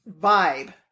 vibe